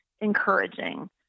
encouraging